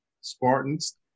spartans